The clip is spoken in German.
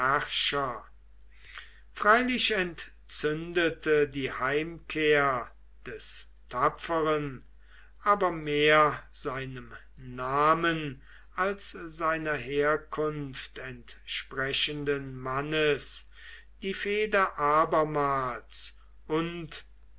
freilich entzündete die heimkehr des tapferen aber mehr seinem namen als seiner herkunft entsprechenden mannes die fehde abermals und